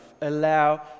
allow